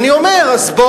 לכן אני בא ואומר, יפה